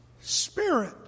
spirit